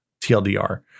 TLDR